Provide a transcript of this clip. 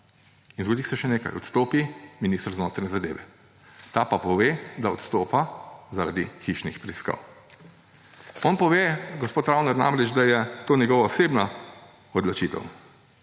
in zgodi se še nekaj, odstopi minister za notranje zadeve. Ta pa pove, da odstopa zaradi hišnih preiskav. On pove, gospod Travner namreč, da je to njegova osebna odločitev.